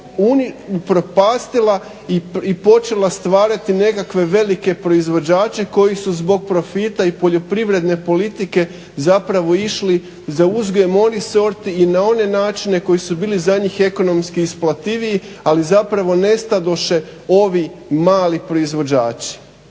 upropastila i počela stvarati nekakve velike proizvođače koji su zbog profita i poljoprivredne politike zapravo išli za uzgojem onih sorti i na one načine koji su bili za njih ekonomski isplativiji, ali zapravo nestadoše ovi mali proizvođači.